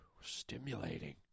stimulating